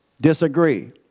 disagree